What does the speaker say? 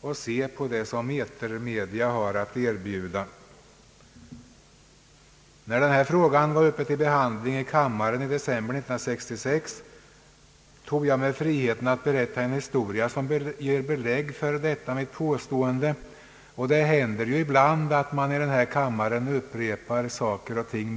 och se på det som etermedia har att erbjuda. När denna fråga var uppe till behandling i kammaren i december 1966 tog jag mig friheten att berätta en historia som ger belägg för detta mitt påstående. Det händer ju ibland att man i denna kammare upprepar saker och ting.